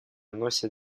носит